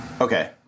Okay